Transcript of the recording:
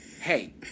hey